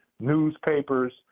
Newspapers